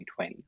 2020